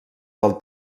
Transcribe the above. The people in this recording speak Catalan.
del